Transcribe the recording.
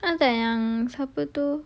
entah yang siapa tu